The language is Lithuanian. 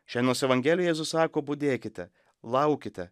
šiandienos evangelijoj jėzus sako budėkite laukite